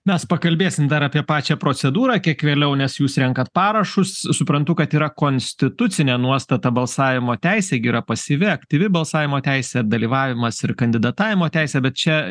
mes pakalbėsim dar apie pačią procedūrą kiek vėliau nes jūs renkat parašus suprantu kad yra konstitucinė nuostata balsavimo teisė gi yra pasyvi aktyvi balsavimo teise dalyvavimas ir kandidatavimo teisė bet čia